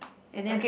and then